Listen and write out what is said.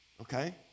Okay